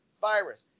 virus